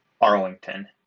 Arlington